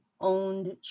owned